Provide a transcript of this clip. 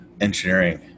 engineering